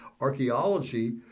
archaeology